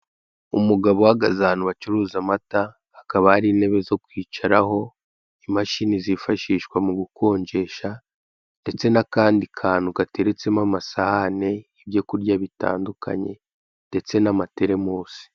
Umugabo uhagaze ahantu bacuruza amata, hakaba hari intebe zo kwicaraho, imashini zifashishwa mu gukonjesha ndetse n'akandi kantu gateretsemo amasahani, ibyo kurya bitandukanye ndetse n'amateremusi.